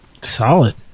Solid